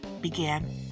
began